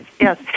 Yes